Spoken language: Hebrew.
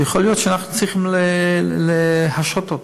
יכול להיות שאנחנו צריכים להשעות אותו.